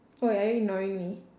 !oi! are you ignoring me